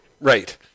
Right